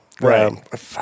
Right